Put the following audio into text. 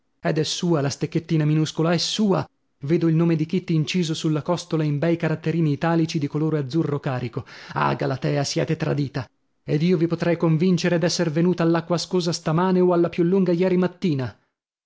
ed è sua la stecchettina minuscola è sua vedo il nome di kitty inciso sulla costola in bei caratterini italici di colore azzurro carico ah galatea siete tradita ed io vi potrei convincere d'esser venuta all'acqua ascosa stamane o alla più lunga ieri mattina